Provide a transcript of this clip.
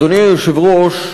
אדוני היושב-ראש,